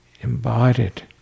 embodied